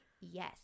yes